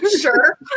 Sure